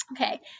Okay